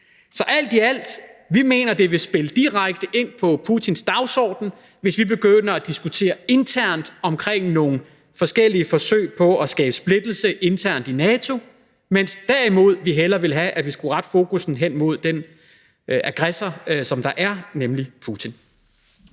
Så alt i alt mener vi, at det vil spille direkte ind på Putins dagsorden, hvis vi begynder at diskutere internt om nogle forskellige forsøg på at skabe splittelse internt i NATO, mens vi derimod hellere ville have, at vi skulle rette fokus hen mod den aggressor, som der er, nemlig Putin.